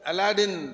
Aladdin